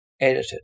edited